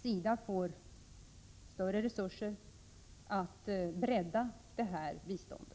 SIDA får större resurser för att bredda detta bistånd.